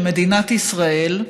למדינת ישראל,